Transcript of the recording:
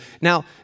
Now